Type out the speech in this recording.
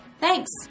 Thanks